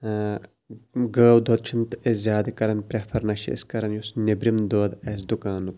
گٲو دۄد چھِنہٕ أسۍ زیادٕ کران پٮ۪فَر نہ چھِ أسۍ کران یُس نٮ۪برِم دۄد آسہِ دُکانُک